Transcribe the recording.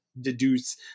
deduce